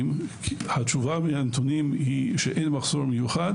התשובה מן הנתונים היא שאין מחסור מיוחד